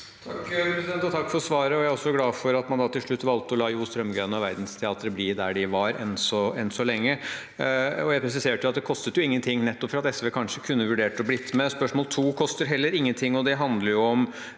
Takk for svaret. Jeg er også glad for at man til slutt valgte å la Jo Strømgren Kompani og Verdensteatret bli der de var, enn så lenge. Jeg presiserte at det kostet ingenting nettopp for at SV kanskje kunne vurdert å bli med. Spørsmål nummer to koster heller ingenting, og det handler om